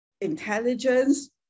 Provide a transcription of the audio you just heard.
intelligence